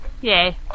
Yay